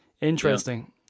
Interesting